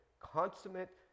consummate